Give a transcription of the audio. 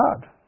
God